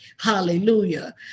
Hallelujah